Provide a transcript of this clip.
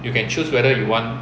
you can choose whether you want